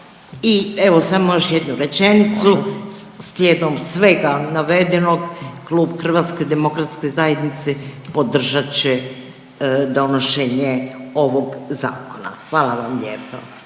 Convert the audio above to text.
I evo samo još jednu rečenicu. Slijedom svega navedenog Klub HDZ-a podržat će donošenje ovog zakona. Hvala vam lijepo.